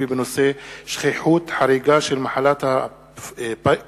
בנושא: שכיחות חריגה של מחלת פרקינסון